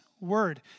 word